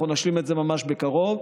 אנחנו נשלים את זה ממש בקרוב.